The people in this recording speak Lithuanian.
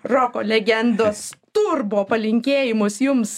roko legendos turbo palinkėjimus jums